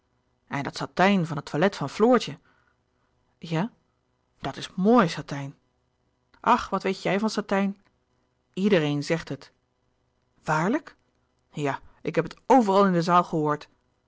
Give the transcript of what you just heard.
en dat satijn van het toilet van floortje ja dat is moi satijn ach wat weet jij van satijn iedereen zegt het waarlijk ja ik heb het overal in de zaal gehoord